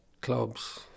clubs